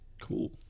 Cool